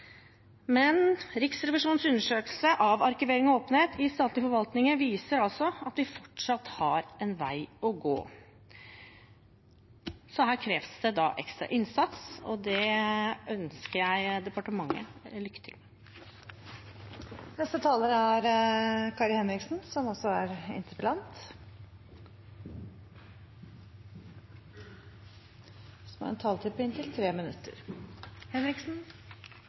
Men Riksrevisjonens undersøkelse av arkivering og åpenhet i statlig forvaltning viser at vi fortsatt har en vei å gå, så her kreves det ekstra innsats. Det ønsker jeg departementet lykke til med. Takk til statsråden og kolleger for en god debatt, som tydeliggjør den viktigheten dette temaet har. Statsråden var inne på